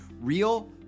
real